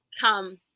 come